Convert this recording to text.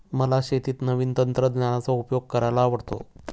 मला शेतीत नवीन तंत्रज्ञानाचा उपयोग करायला आवडतो